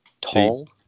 tall